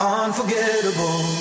unforgettable